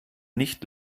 nicht